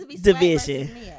division